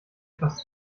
etwas